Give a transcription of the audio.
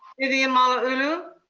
vivian malauulu.